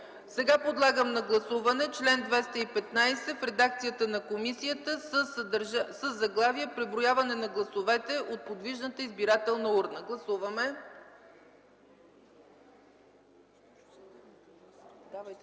Подлагам на гласуване чл. 215 в редакцията на комисията със заглавие „Преброяване на гласовете от подвижната избирателна урна”. Гласували 89